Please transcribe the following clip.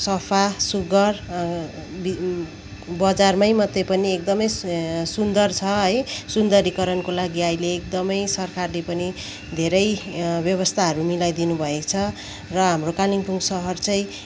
सफा सुग्घर बजारमै मात्रै पनि एकदमै सुन्दर छ है सुन्दरीकरणको लागि अहिले एकदमै सरकारले पनि धेरै व्यवस्थाहरू मिलाइदिनु भएको छ र हाम्रो कालिम्पोङ सहर चाहिँ